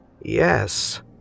Yes